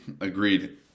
agreed